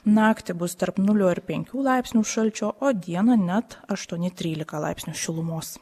naktį bus tarp nulio ir penkių laipsnių šalčio o dieną net aštuoni trylika laipsnių šilumos